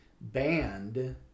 banned